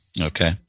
Okay